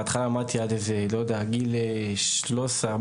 בהתחלה למדתי עד איזה גיל שלוש עשרה,